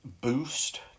Boost